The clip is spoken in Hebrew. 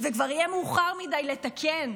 וכבר יהיה מאוחר מדי לתקן.